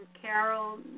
Carol